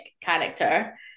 character